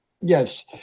Yes